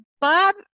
Bob